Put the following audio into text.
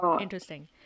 Interesting